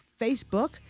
Facebook